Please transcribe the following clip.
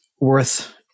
worth